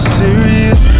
serious